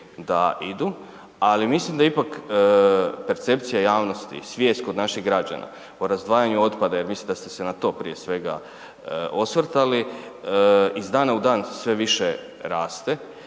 da idu, ali mislim da ipak percepcija javnosti, svijest kod naših građana o razdvajanju otpada, jel mislim da ste se na to prije svega osvrtali, iz dana u dan sve više raste